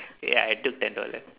ya I took ten dollar